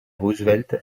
roosevelt